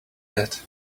that